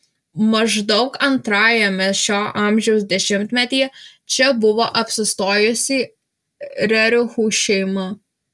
maždaug antrajame šio amžiaus dešimtmetyje čia buvo apsistojusi rerichų šeima